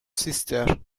sister